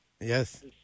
Yes